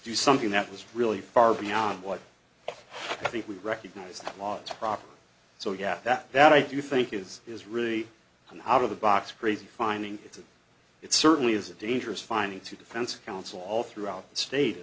do something that was really far beyond what i think we recognized that was proper so yeah that that i do think is is really an out of the box crazy finding it's a it certainly is a dangerous finding to defense counsel all throughout the state